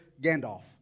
Gandalf